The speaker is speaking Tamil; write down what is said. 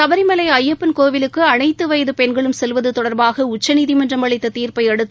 சபரிமலை ஐயப்பன் கோவிலுக்குச் அனைத்து வயது பெண்களும் செல்வது தொடர்பாக உச்சநீதிமன்றம் அளித்த தீர்ப்பை அடுத்து